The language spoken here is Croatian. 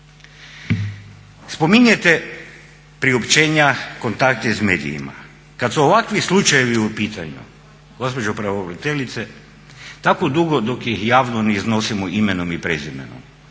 Spominjete priopćenja, kontakte s medijima. Kad su ovakvi slučajevi u pitanju gospođo pravobraniteljice tako dugo dok javno ne iznosimo imenom i prezimenom